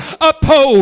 oppose